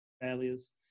failures